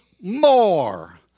more